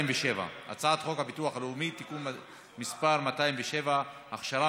הצעת חוק הביטוח הלאומי (תיקון מס' 207) (הכשרה